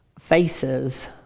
faces